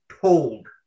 told